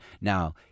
Now